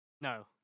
No